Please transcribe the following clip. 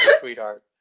sweetheart